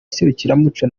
serukiramuco